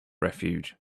refuge